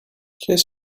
qu’est